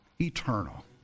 eternal